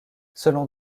selon